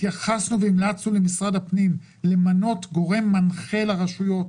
התייחסנו והמלצנו למשרד הפנים למנות גורם מנחה לרשויות,